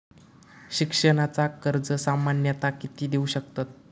शिक्षणाचा कर्ज सामन्यता किती देऊ शकतत?